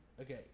Okay